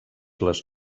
les